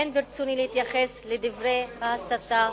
אין ברצוני להתייחס לדברי ההסתה.